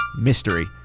mystery